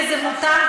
וזה מותר,